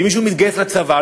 ואם מישהו מתגייס לצבא,